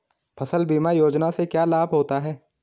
फसल बीमा योजना से क्या लाभ होता है?